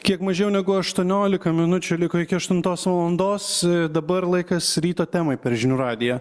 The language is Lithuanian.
kiek mažiau negu aštuoniolika minučių liko iki aštuntos valandos dabar laikas ryto temai per žinių radiją